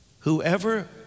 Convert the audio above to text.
Whoever